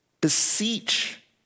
beseech